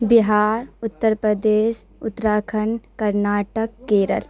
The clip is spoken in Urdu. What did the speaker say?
بہار اتّر پردیش اتراکھنڈ کرناٹک کیرل